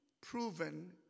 proven